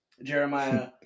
Jeremiah